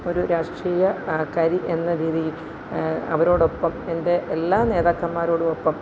ഒരു രാഷ്ട്രീയ കാരി എന്ന രീതിയിൽ അവരോടൊപ്പം എൻ്റെ എല്ലാ നേതാക്കൻമാരോടും ഒപ്പം